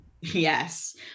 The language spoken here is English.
Yes